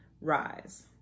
rise